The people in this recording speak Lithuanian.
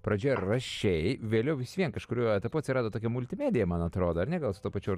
pradžioje rašei vėliau vis vien kažkuriuo etapu atsirado tokia multimedija man atrodo ar ne gal su tuo pačiu